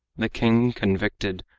the king, convicted,